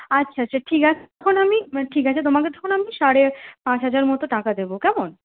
আচ্ছা আচ্ছা ঠিক আছে এখন আমি মা ঠিক আছে তোমাকে তো এখন আমি সাড়ে পাঁচ হাজার মতো টাকা দেবো কেমন